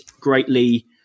greatly